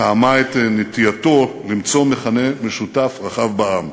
תאמה את נטייתו למצוא מכנה משותף רחב בעם.